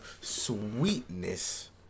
sweetness